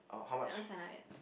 I haven't sign up yet